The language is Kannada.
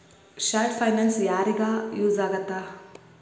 ಶಾರ್ಟ್ ಫೈನಾನ್ಸ್ ಯಾರಿಗ ಯೂಸ್ ಆಗತ್ತಾ